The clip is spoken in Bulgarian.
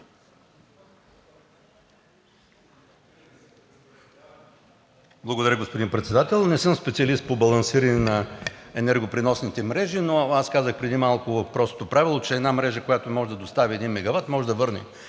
Благодаря, господин Председател. Не съм специалист по балансиране на енергопреносните мрежи, но аз казах преди малко простото правило, че една мрежа, която може да достави един мегават, може да върне